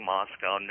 Moscow